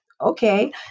Okay